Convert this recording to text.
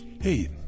Hey